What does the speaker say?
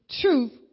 truth